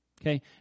okay